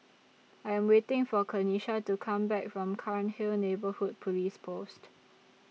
I Am waiting For Kenisha to Come Back from Cairnhill Neighbourhood Police Post